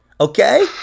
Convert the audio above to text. Okay